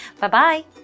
Bye-bye